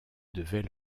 devait